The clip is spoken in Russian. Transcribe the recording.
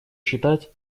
считать